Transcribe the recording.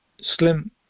slim